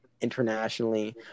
internationally